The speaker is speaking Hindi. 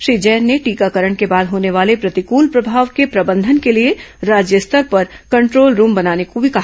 श्री जैन ने टीकाकरण के बाद होने वाले प्रतिकूल प्रभाव के प्रबंधन के लिए राज्य स्तर पर कंट्रोल रूम बनाने को भी कहा